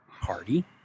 party